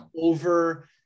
over